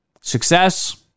success